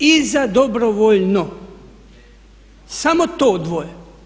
Iza dobrovoljno samo to dvoje.